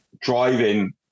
driving